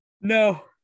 No